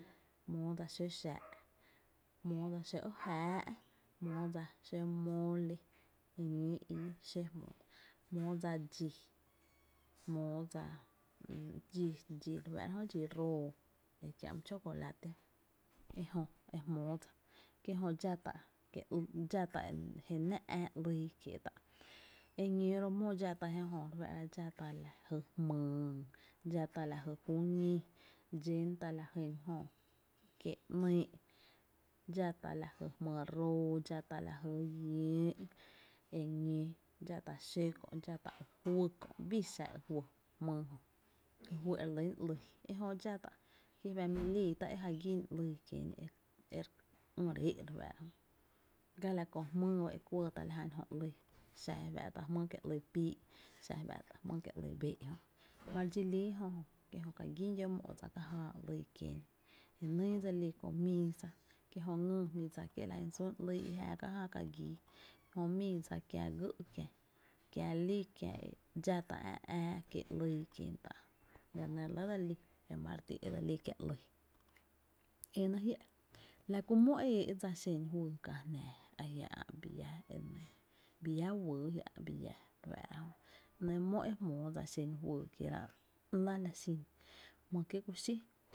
Jmóo dsa xó xaa’, jmóo dsa xó y jáá’, jmóo dsa xo mole, e ñóo ii xó, jmóo dsa dxi, jmóo dsa dxi dxi re fáá’ra jö dxi roo ekiä’ my chocolate, ejö e jmóo dsa, kie’ jö dxátá’ kié’ dxá tá’ je náá’ ää ‘lyy kiee’ tá’ eñóo ro’ mó dxá tá’ je jö re fáá’ra, dxá tá’ lajy jmyy, dxata´’ la jy ju ñí, dxátá’ la jy kie ‘nyy’, dxá tá’ lajy jmyy roo, dxátá’ lajy llöö’, eñóo dxá tá’ xó kö’, dxá tá’ ijuy kö’ bii xa i juy jmýy jö, y juy e re lýn ‘lyy ejö dxá tá’ ki fá’ mi líi tá’ e ja gín jyn ‘lyy kien e re ÿ’ re é’ re fáá’ra jö ga la kö jmýy ba e kuɇɇ tá’ la jan jö ‘lyy xá e fá’tá’ jmyy kie’ ‘lyy pii’, xa e fá’ tá’ jmýy kie’ ‘lyy bee’, ma re dxi lii ejö jö, kie’ jö ka gín llö’ mó dsa e ka jáá ‘lyy kién jenyy dse lí miisas, ejö ngyy jmi dsa kie’ la jyn sun ‘lyy i jäá ka jä ka gii, jï mii dsa kiá gÿ’ kiä kiá lí kiá e dxá tá’ a’ ää kiee’ ‘lyy kientá’ la nɇ re lɇ dse lí ema re ti e dse lí kie’ ‘lyy. Enáá’ jiá’, la ku mó e éé’ dsa xen juyy kää jnää a jia’ ä’ bii llá wyy bii llá re fáá’ra jó, nɇɇ’ mó e jmóo dsa i xen juyy kierá’ lⱥ la lⱥ xin: jmýy’ kié’ ku xí.